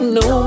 no